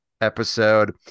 episode